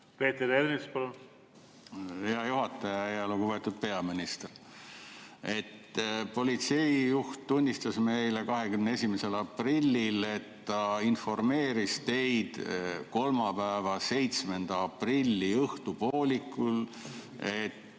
meie ette? Hea juhataja! Lugupeetud peaminister! Politseijuht tunnistas meile 21. aprillil, et ta informeeris teid kolmapäeva, 7. aprilli õhtupoolikul, et